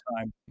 time